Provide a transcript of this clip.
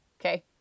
Okay